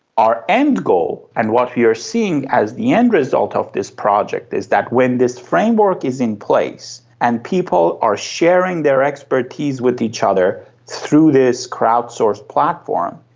our end goal, and what we are seeing as the end result of this project is that when this framework is in place and people are sharing their expertise with each other through this crowd sourced platform,